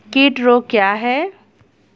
कीट रोग क्या है?